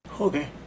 Okay